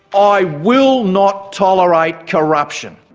i will not tolerate corruption.